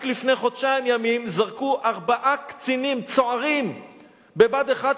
רק לפני חודשיים ימים זרקו ארבעה קצינים צוערים בבה"ד 1,